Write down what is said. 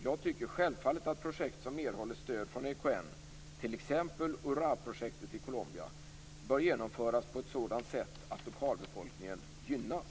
Jag tycker självfallet att projekt som erhåller stöd från EKN, t.ex. Urráprojektet i Colombia, bör genomföras på ett sådant sätt att lokalbefolkningen gynnas.